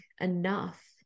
enough